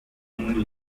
mundo